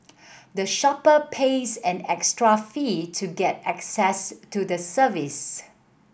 the shopper pays an extra fee to get access to the service